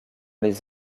les